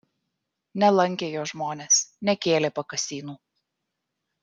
nelankė jo žmonės nekėlė pakasynų